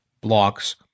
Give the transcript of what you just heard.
blocks